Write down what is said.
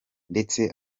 ndetse